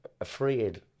afraid